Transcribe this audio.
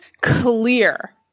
clear